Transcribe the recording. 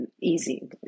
easy